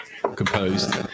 composed